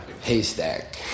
Haystack